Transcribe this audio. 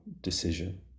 decision